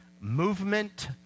movement